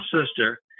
sister